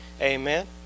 amen